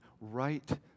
right